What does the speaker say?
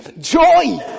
joy